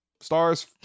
stars